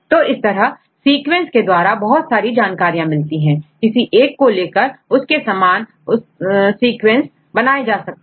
तो इस तरह सीक्वेंस के द्वारा बहुत सारी जानकारी मिलती है किसी एक को लेकर उसके सामान उसके समान और सीक्वेंस बनाए जा सकते हैं